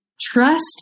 Trust